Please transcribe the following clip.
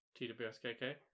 TWSKK